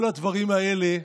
כל הדברים האלה,